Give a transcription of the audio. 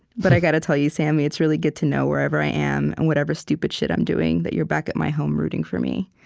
but i gotta tell you, sammy, it's really good to know, wherever i am and whatever stupid shit i'm doing, that you're back at my home, rooting for me.